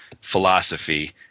philosophy